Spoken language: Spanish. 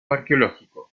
arqueológico